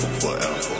forever